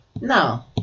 No